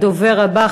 הדובר הבא,